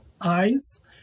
eyes